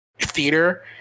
theater